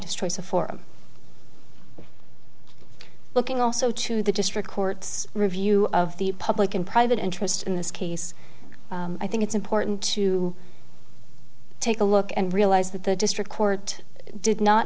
of forum looking also to the district courts review of the public and private interest in this case i think it's important to take a look and realize that the district court did not